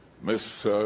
Miss